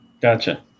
Gotcha